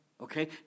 Okay